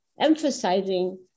emphasizing